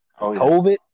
COVID